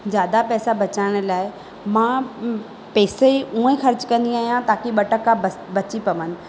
ज्यादा पैसा बचाइण लाए मां पैसे हूएं ख़र्चु कंदी आहियां ताकी ॿ टका बच बची पवनि